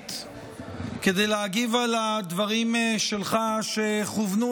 אישית כדי להגיב על הדברים שלך שכוונו